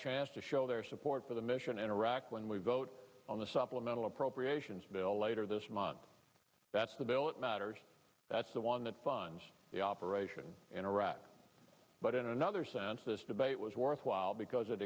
chance to show their support for the mission in iraq when we vote on the supplemental appropriations bill later this month that's the bill it matters that's the one that funds the operation in iraq but in another sense this debate was worthwhile because